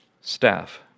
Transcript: staff